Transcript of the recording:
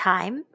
Time